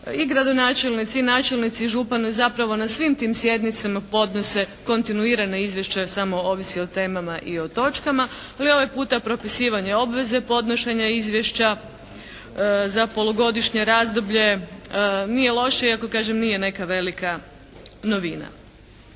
i gradonačelnici, načelnici i župana zapravo na svim tim sjednicama podnose kontinuirana izvješća samo ovisi o temama i o točkama. Ali ovaj puta propisivanje obveze podnošenja izvješća za polugodišnje razdoblje nije loše iako kažem nije neka velika novina.